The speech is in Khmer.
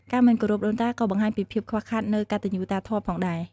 ការមិនគោរពដូនតាក៏បង្ហាញពីភាពខ្វះខាតនូវកតញ្ញូតាធម៌ផងដែរ។